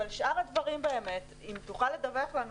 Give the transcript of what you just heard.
לגבי שאר הדברים, אם תוכל לדווח לנו.